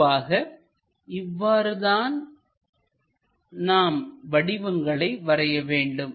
பொதுவாக இவ்வாறு தான் நாம் வடிவங்களை வரைய வேண்டும்